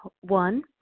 One